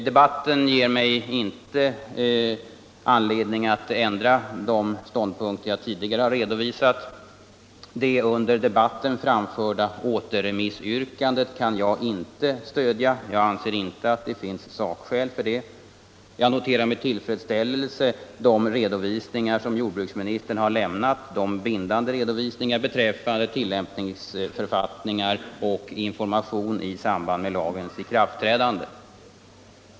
Debatten ger mig inte anledning att ändra de ståndpunkter jag tidigare har redovisat. Det under överläggningen framförda återremissyrkandet kan jag inte stödja. Jag anser inte att det finns sakskäl för det. Jag noterar med tillfredsställelse de bindande redovisningar som jordbruksministern har lämnat beträffande tillämpningsförfattningar och information i samband med lagens ikraftträdande.